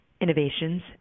innovations